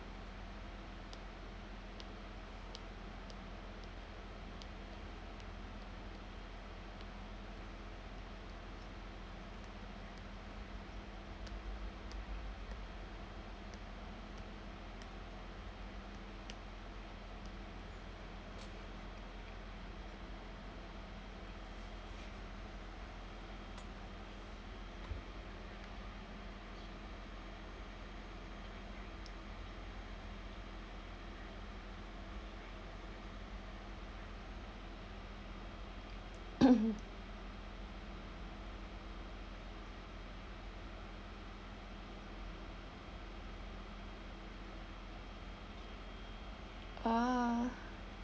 ah